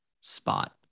spot